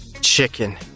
chicken